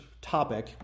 topic